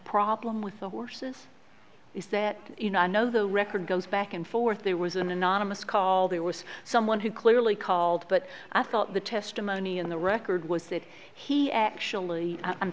problem with the horses is that you know i know the record goes back and forth there was an anonymous call there was someone who clearly called but i thought the testimony in the record was that he actually